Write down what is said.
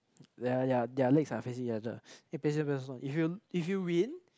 ya ya their legs are facing each other play scissors paper stone if you if you win